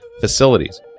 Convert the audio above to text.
facilities